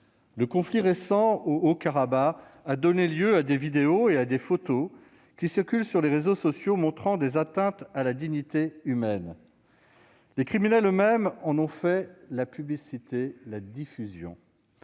Le conflit récent au Haut-Karabagh a donné lieu à des vidéos et à des photos, qui circulent sur les réseaux sociaux, montrant des atteintes à la dignité humaine. Les criminels eux-mêmes en ont assuré la diffusion